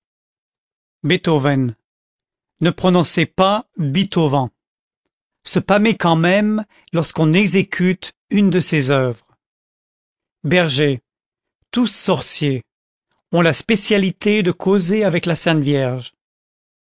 beethoven ne prononcez pas bitovan se pâmer quand même lorsqu'on exécute une de se oeuvres bergers tous sorciers ont la spécialité de causer avec la sainte vierge